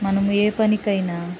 మనం ఏ పనికైనా